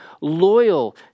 loyal